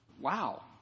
wow